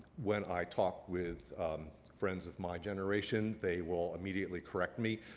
when i talk with friends of my generation, they will immediately correct me.